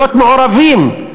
להיות מעורבים,